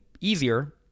easier